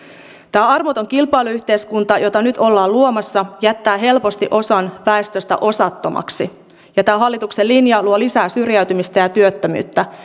tämä armoton kilpailuyhteiskunta jota nyt ollaan luomassa jättää helposti osan väestöstä osattomaksi tämä hallituksen linja luo lisää syrjäytymistä ja ja työttömyyttä